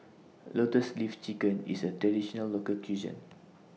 Lotus Leaf Chicken IS A Traditional Local Cuisine